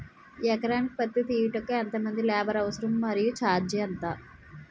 ఎకరానికి పత్తి తీయుటకు ఎంత మంది లేబర్ అవసరం? మరియు ఛార్జ్ ఎంత?